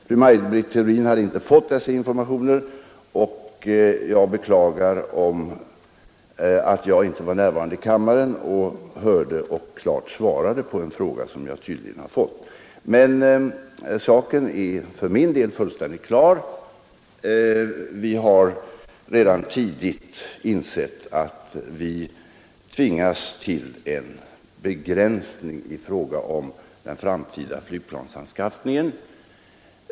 Fru Maj Britt Theorin hade inte fått dessa informationer, och jag beklagar att jag inte var närvarande och svarade på en fråga som tydligen hade ställts till mig. För min del är emellertid saken fullständigt klar. Vi har redan tidigt insett att vi tvingas till en begränsning av den framtida flygplansanskaffningen.